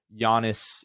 Giannis